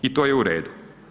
I to je u redu.